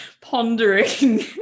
pondering